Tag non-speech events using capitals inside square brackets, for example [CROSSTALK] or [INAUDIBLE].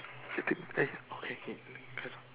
[NOISE] okay okay press